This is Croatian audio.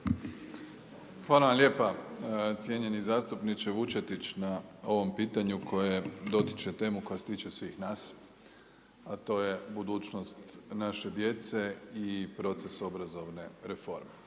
Hvala vam lijepa cijenjeni zastupniče Vučetić na ovom pitanju koje dotiče temu koja se tiče svih nas a to je budućnost naše djece i proces obrazovne reforme.